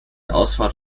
ausfahrt